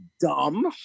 dumb